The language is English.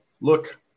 look